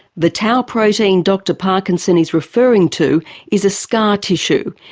the tau protein dr parkinson is referring to is a scar tissue,